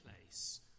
place